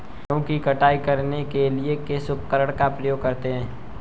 गेहूँ की कटाई करने के लिए किस उपकरण का उपयोग करें?